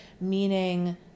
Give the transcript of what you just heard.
Meaning